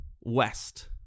West